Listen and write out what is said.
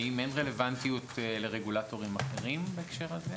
האם אין רלוונטיות לרגולטורים אחרים בהקשר הזה?